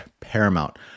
paramount